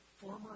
former